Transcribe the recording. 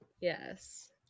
Yes